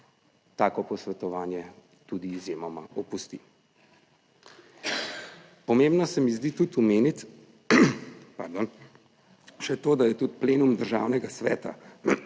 tako posvetovanje tudi izjemoma opusti. Pomembno se mi zdi tudi omeniti, / kašelj/ pardon, še to, da je tudi plenum Državnega sveta,